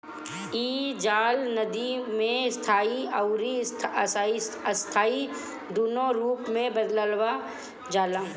इ जाल नदी में स्थाई अउरी अस्थाई दूनो रूप में लगावल जाला